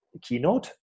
keynote